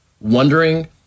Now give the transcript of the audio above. wondering